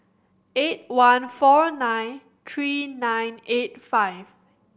eight one four nine three nine eight five